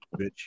bitch